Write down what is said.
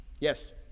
Yes